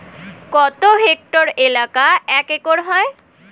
কত হেক্টর এলাকা এক একর হয়?